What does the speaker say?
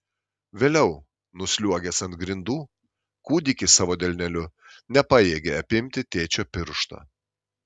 vėliau nusliuogęs ant grindų kūdikis savo delneliu nepajėgė apimti tėčio piršto